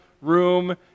room